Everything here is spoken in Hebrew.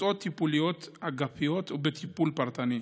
בקבוצות טיפוליות אגפיות ובטיפול פרטני,